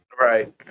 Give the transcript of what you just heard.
Right